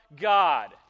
God